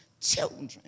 children